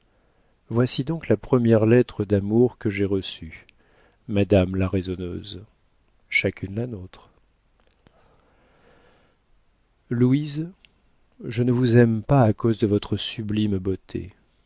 voici donc la première lettre d'amour que j'ai reçue madame la raisonneuse chacune la nôtre louise je ne vous aime pas à cause de votre sublime beauté